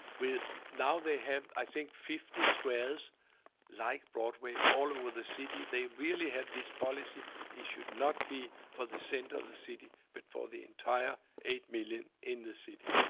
now they have, i think, fifty squares like broadway all over the city. they really have this policy it should not be for the center of the city, but for the entire eight million in the city.